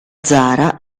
zara